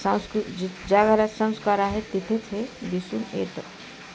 सांस्कृ जिथं ज्या घरात संस्कार आहे तिथेच हे दिसून येतं